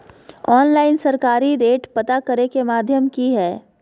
Online सरकारी rate पता करे के माध्यम की हय?